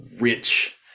rich